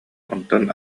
онтон